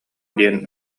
диэн